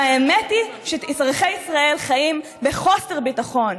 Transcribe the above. האמת היא שאזרחי ישראל חיים בחוסר ביטחון,